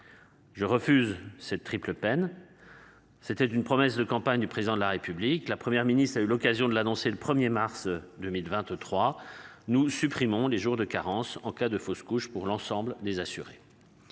Je refuse cette triple peine. C'était une promesse de campagne du président de la République. La Première ministre a eu l'occasion de l'annoncer le 1er mars 2023. Nous supprimons les jours de carence en cas de fausse couche pour l'ensemble des assurés.